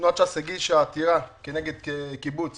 תנועת ש"ס הגישה עתירה נגד קיבוץ